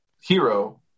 hero